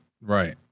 right